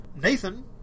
Nathan